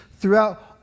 throughout